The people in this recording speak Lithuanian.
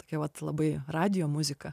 tokia vat labai radijo muzika